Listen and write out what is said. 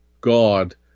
God